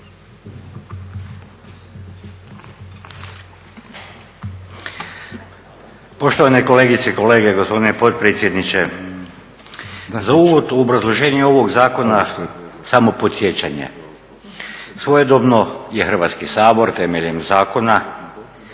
Poštovane kolegice i kolege, gospodine potpredsjedniče. Za uvod u obrazloženje ovog zakona samo podsjećanje. Svojedobno je Hrvatski sabor temeljem zakona